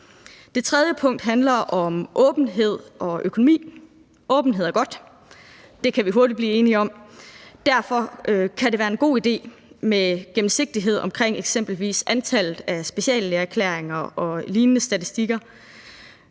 Det tredje punkt handler om åbenhed og økonomi. Åbenhed er godt – det kan vi hurtigt blive enige om. Derfor kan det være en god idé med gennemsigtighed omkring eksempelvis antallet af speciallægeerklæringer og lignende statistikker.